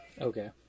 Okay